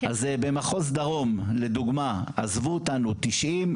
במחוז דרום לדוגמה עזבו אותנו 90,